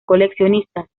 coleccionistas